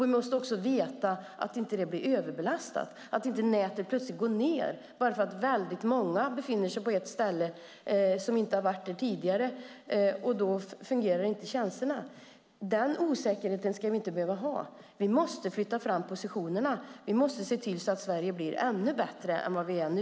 Vi måste också veta att det inte blir överbelastat, att inte nätet plötsligt går ned bara för att väldigt många befinner sig på ett ställe där de inte har varit tidigare - då fungerar inte tjänsterna. Den osäkerheten ska vi inte behöva ha. Vi måste flytta fram positionerna. Vi måste se till att vi i Sverige blir ännu bättre än vad vi är nu.